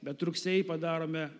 bet rugsėjį padarome